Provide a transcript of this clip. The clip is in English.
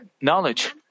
knowledge